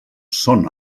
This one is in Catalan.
són